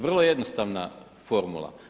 Vrlo jednostavna formula.